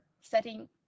setting